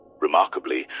Remarkably